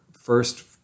first